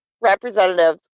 representatives